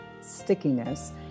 stickiness